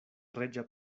reĝa